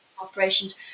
operations